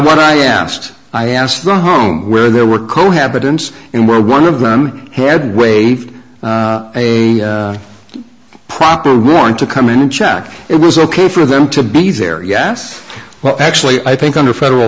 what i am asked i asked the home where there were cohabitants and where one of them had waived a proper warrant to come in and check it was ok for them to be there yes well actually i think under federal